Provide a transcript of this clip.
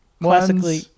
Classically